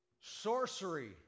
Sorcery